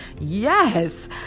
Yes